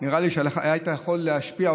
נראה לי שהיית יכול להשפיע,